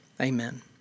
Amen